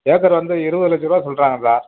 acre வந்து இருபது லட்சரூபா சொல்கிறாங்க சார்